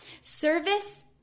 Service